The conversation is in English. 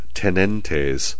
tenentes